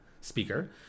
speaker